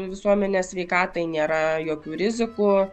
visuomenės sveikatai nėra jokių rizikų